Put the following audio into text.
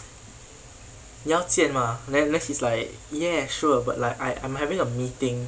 你要见吗 then she's like ya sure but like I I'm having a meeting